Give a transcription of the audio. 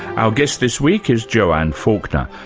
our guest this week is joanne faulkner,